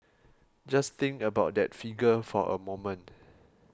just think about that figure for a moment